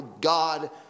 God